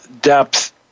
depth